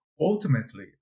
ultimately